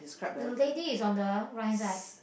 the lady is on the right hand side